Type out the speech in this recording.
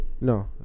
no